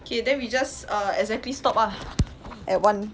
okay then we just uh exactly stop ah at one